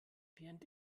während